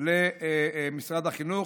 למשרד החינוך,